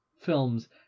films